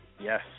Yes